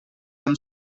amb